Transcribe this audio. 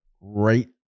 right